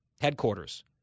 headquarters